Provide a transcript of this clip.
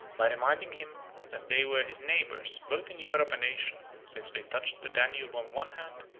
by reminding him that they were his neighbors both in europe and asia since they touched the danube on one hand,